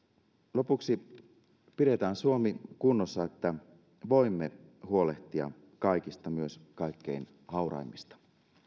lopuksi pidetään suomi kunnossa että voimme huolehtia kaikista myös kaikkein hauraimmista